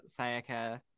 sayaka